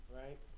right